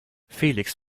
felix